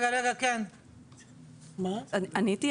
עניתי?